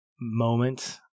moment